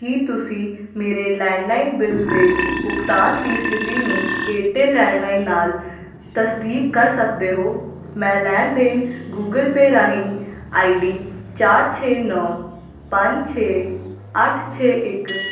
ਕੀ ਤੁਸੀਂ ਮੇਰੇ landline bill ਦੇ ਭੁਗਤਾਨ ਦੀ ਸਥਿਤੀ ਨੂੰ ਏਅਰਟੈੱਲ ਲੈਂਡਲਾਈਨ ਨਾਲ ਤਸਦੀਕ ਕਰ ਸਕਦੇ ਹੋ ਮੈਂ ਲੈਣ ਦੇਣ ਗੂਗਲ ਪੇਅ ਰਾਹੀਂ ਆਈਡੀ ਚਾਰ ਛੇ ਨੌਂ ਪੰਜ ਛੇ ਅੱਠ ਛੇ ਇੱਕ